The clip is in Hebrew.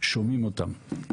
שומעים אותם.